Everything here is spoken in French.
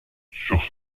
sur